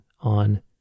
on